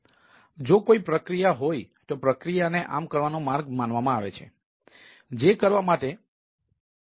જો કોઈ પ્રક્રિયા હોય તો પ્રક્રિયાને આમ કરવાનો માર્ગ માનવામાં આવે છે